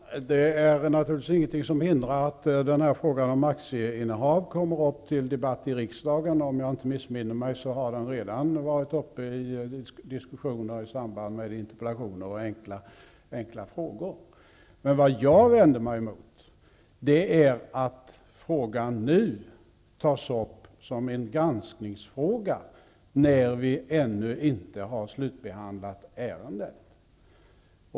Fru talman! Det är naturligtvis ingenting som hindrar att frågan om aktieinnehav kommer upp till debatt i riksdagen. Om jag inte missminner mig har den redan varit uppe till diskussion i samband med interpellationer och enkla frågor. Vad jag vänder mig emot är att frågan nu tas upp som en granskningsfråga, eftersom vi ännu inte har slutbehandlat ärendet.